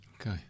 okay